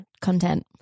content